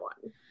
one